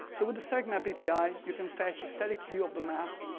so with the static map api, you can fetch a static view of the map,